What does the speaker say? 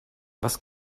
was